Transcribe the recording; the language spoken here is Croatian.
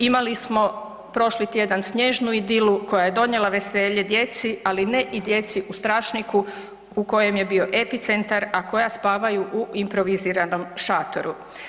Imali smo prošli tjedan snježnu idilu koja je donijela veselje djeci, ali ne i djeci u STrašniku u kojem je bio epicentar, a koja spavaju u improviziranom šatoru.